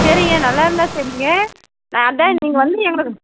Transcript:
சரிங்க நல்லா இருந்தா சரிங்க நான் அதான் நீங்கள் வந்து எங்குளுக்கு